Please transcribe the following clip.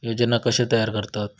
योजना कशे तयार करतात?